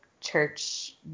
church